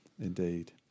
indeed